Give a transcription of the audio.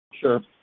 Sure